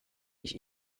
ich